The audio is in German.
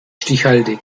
stichhaltig